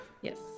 Yes